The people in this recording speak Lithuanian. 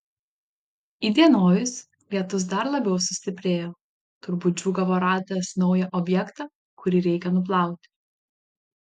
įdienojus lietus dar labiau sustiprėjo turbūt džiūgavo radęs naują objektą kurį reikia nuplauti